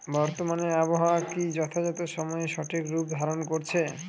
বর্তমানে আবহাওয়া কি যথাযথ সময়ে সঠিক রূপ ধারণ করছে?